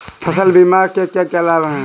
फसल बीमा के क्या लाभ हैं?